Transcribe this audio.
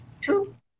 true